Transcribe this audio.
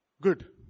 Good